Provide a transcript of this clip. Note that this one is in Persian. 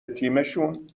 تیمشون